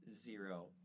zero